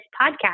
podcast